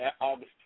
August